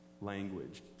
language